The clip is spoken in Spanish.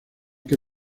que